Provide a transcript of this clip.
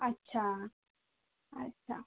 अच्छा अच्छा